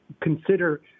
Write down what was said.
consider